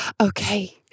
Okay